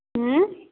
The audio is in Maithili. ऊँ